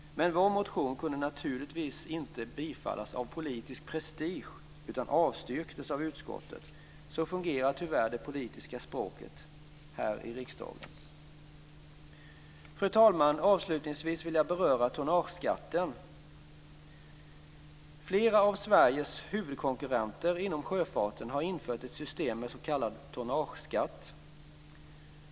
Men vår motion kunde naturligtvis av politisk prestige inte bifallas utan avstyrktes av utskottet. Så fungerar tyvärr det politiska språket här i riksdagen. Fru talman! Avslutningsvis vill jag beröra tonnageskatten. Flera av Sveriges huvudkonkurrenter inom sjöfarten har infört ett system med s.k. tonnageskatt.